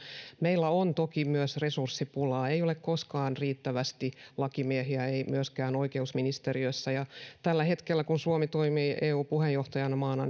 meillä on toki myös resurssipulaa ei ole koskaan riittävästi lakimiehiä ei myöskään oikeusministeriössä ja tällä hetkellä kun suomi toimii eu puheenjohtajamaana